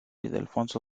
ildefonso